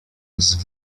was